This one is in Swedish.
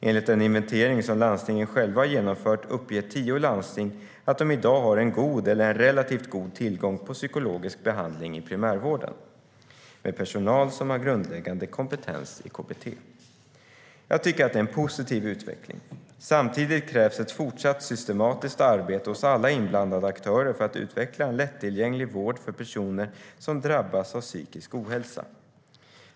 Enligt en inventering som landstingen själva har genomfört uppger tio landsting att de i dag har en god eller en relativt god tillgång på psykologisk behandling i primärvården med personal som har grundläggande kompetens i KBT. Jag tycker att det är en positiv utveckling. Samtidigt krävs ett fortsatt systematiskt arbete hos alla inblandade aktörer för att utveckla en lättillgänglig vård för personer som drabbas av psykisk ohälsa.